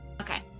Okay